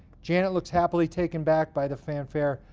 janet looks happily taken back by the fanfare.